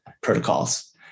protocols